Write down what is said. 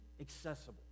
accessible